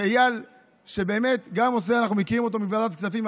זה איל אנחנו מכירים אותו מוועדת הכספים,